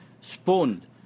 spawned